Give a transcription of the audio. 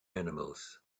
animals